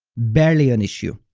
barely an issue.